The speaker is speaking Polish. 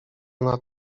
nad